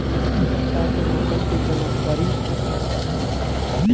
एक सपताह के मौसम के जनाकरी चाही हमरा